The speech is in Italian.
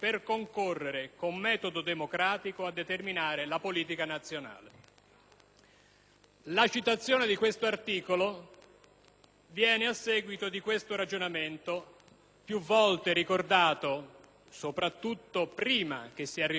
La citazione di questo articolo viene a seguito di questo ragionamento, più volte ricordato, soprattutto prima che si arrivasse alla necessità di questa riforma (con rispetto parlando) della legge elettorale